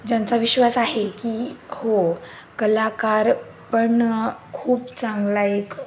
ज्यांचा विश्वास आहे की हो कलाकार पण खूप चांगला एक